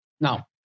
Now